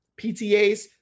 PTAs